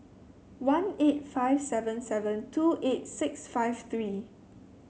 one eight five seven seven two eight six five three